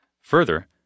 Further